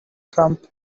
trump